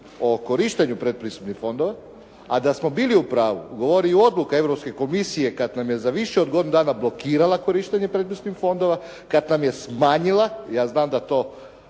o korištenju predpristupnih fondova, a da smo bili u pravu govori i odluka Europske komisije kad nam je za više od godinu dana blokirala korištenje predpristupnih fondova, kad nam je smanjila. Ja znam da to